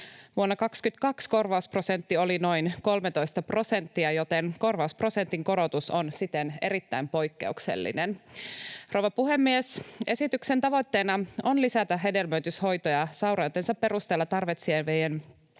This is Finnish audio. Vuonna 22 korvausprosentti oli noin 13 prosenttia, joten korvausprosentin korotus on siten erittäin poikkeuksellinen. Rouva puhemies! Esityksen tavoitteena on lisätä hedelmöityshoitoja sairautensa perusteella tarvitsevien